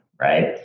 right